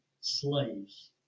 slaves